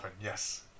Yes